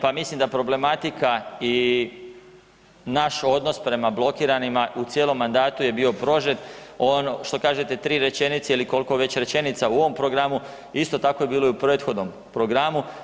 Pa mislim da problematika i naš odnos prema blokiranima u cijelom mandatu je bio prožet, ono što kažete 3 rečenice ili kolko već rečenica u ovom programu, isto tako je bilo i u prethodnom programu.